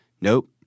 Nope